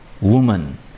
woman